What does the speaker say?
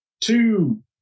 two